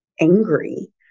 angry